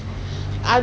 oh ya